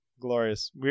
Glorious